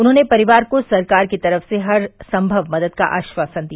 उन्होंने परिवार को सरकार की तरफ से हर संभव मदद का आश्वासन दिया